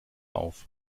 auf